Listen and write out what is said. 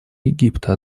египта